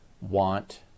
want